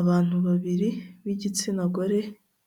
Abantu babiri b'igitsina gore